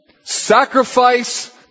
sacrifice